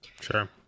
Sure